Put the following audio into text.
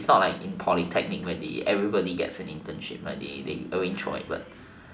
it's not like in polytechnics where they everybody gets an internship like they they arranged for it